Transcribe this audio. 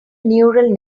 neural